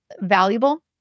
valuable